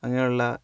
അങ്ങനെയുള്ള